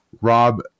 rob